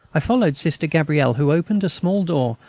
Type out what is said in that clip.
i followed sister gabrielle, who opened a small door,